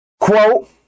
Quote